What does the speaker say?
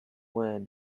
where